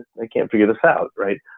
they can't figure this out, right?